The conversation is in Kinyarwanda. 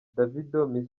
davido